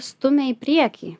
stumia į priekį